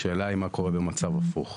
השאלה היא מה קורה במצב הפוך,